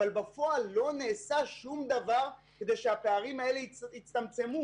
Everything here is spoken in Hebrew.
אבל בפועל לא נעשה שום דבר כדי שהפערים האלה יצטמצמו.